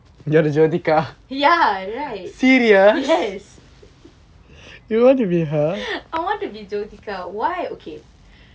yeah right yes I want to be jyothika why okay